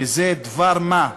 שזה דבר-מה,